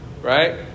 Right